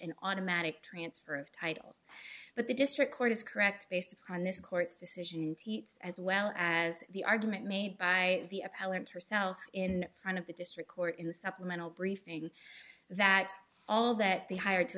an automatic transfer of title but the district court is correct based upon this court's decision t as well as the argument made by the appellant herself in front of the district court in supplemental briefing that all that they hired to